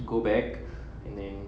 go back and then